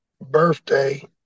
birthday